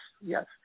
yes